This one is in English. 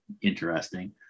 interesting